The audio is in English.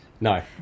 No